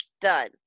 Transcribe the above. Done